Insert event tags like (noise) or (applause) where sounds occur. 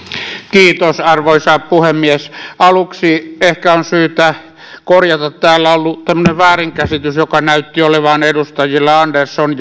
kiitos arvoisa puhemies aluksi ehkä on syytä korjata täällä ollut tämmöinen väärinkäsitys joka näytti olevan edustajilla andersson (unintelligible)